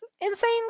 insane